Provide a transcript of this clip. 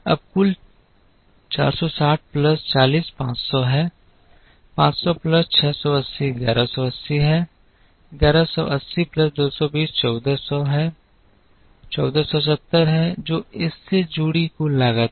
अब कुल 460 प्लस 40 500 है 500 प्लस 680 1180 है 1180 प्लस 220 1400 1470 है जो इससे जुड़ी कुल लागत है